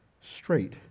straight